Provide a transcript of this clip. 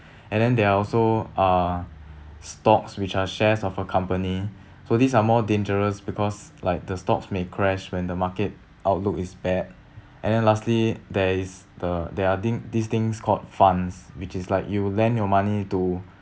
and then there are also uh stocks which are shares of a company so these are more dangerous because like the stocks may crash when the market outlook is bad and then lastly there is the there are I think these things called funds which is like you lend your money to